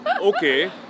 okay